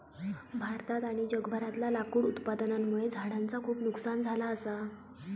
भारतात आणि जगभरातला लाकूड उत्पादनामुळे झाडांचा खूप नुकसान झाला असा